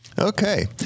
Okay